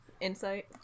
Insight